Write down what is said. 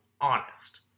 honest